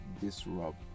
disrupt